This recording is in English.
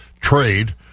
trade